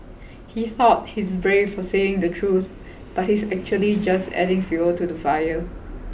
he thought he's brave for saying the truth but he's actually just adding fuel to the fire